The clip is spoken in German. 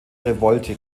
revolte